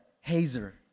hazer